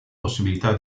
possibilità